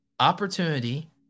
opportunity